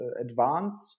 advanced